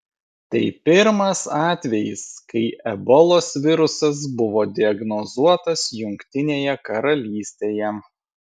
tai pirmas atvejis kai ebolos virusas buvo diagnozuotas jungtinėje karalystėje